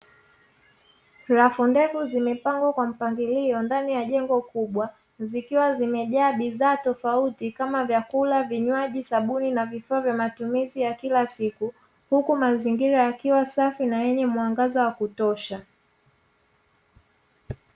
Rafu ndefu zimepangwa kwa mpangilio ndani ya jengo kubwa, zikiwa zimejaa bidhaa tofauti kama vyakula, vinywaji, sabuni na vifaa vya matumizi ya kila siku, huku mazingira yakiwa safi na yenye mwangaza wa kutosha.